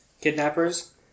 kidnappers